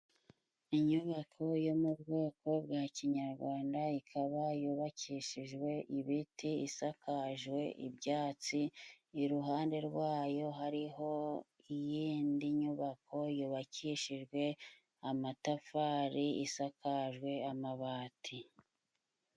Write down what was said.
Inyubako yo mu bwoko bwa kinyarwanda, ikaba yubakishijwe ibiti, isakajwe ibyatsi, iruhande rwayo hariho iyindi nyubako, yubakishijwe amatafari, isakajwe amabati.